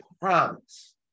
promise